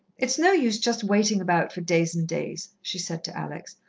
it's no use just waiting about for days and days, she said to alex.